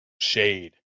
Shade